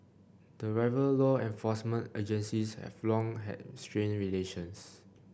the rival law enforcement agencies have long had strained relations